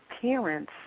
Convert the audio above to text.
parents